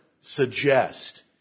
suggest